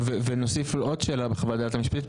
ונוסיף עוד שאלה לחוות הדעת המשפטית.